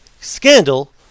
scandal